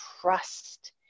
trust